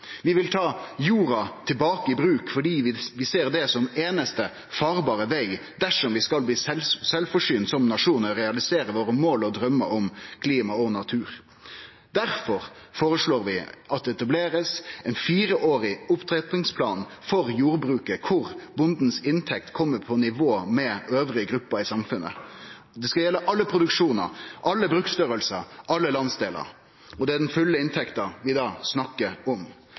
Vi vil ta jorda tilbake i bruk, fordi vi ser det som einaste farbare veg dersom vi skal bli sjølvforsynte som nasjon og realisere våre mål og draumar om klima og natur. Difor foreslår vi at det blir etablert ein fireårig opptrappingsplan for jordbruket, at bondens inntekt kjem på nivå med andre grupper i samfunnet. Det skal gjelde all produksjon, alle bruksstorleikar, alle landsdelar, og det er den fulle inntekta vi da snakkar om.